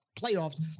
playoffs